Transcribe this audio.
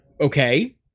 Okay